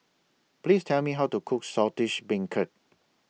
Please Tell Me How to Cook Saltish Beancurd